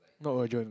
no urgent